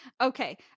Okay